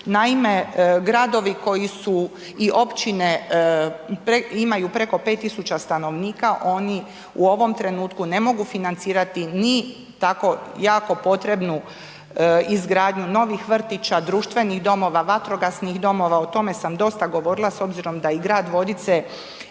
Naime, gradovi koji su i općine imaju preko 5.000 stanovnika oni u ovom trenutku ne mogu financirati ni tako jako potrebnu izgradnju novih vrtića, društvenih domova, vatrogasnih domova, o tome sam dosta govorila s obzirom da i grad Vodice